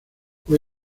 fue